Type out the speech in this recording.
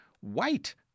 white